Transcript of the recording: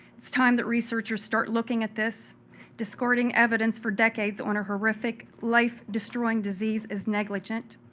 it's time that researchers start looking at this discourting evidence for decades on a horrific, life destroying disease is negligent.